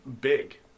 big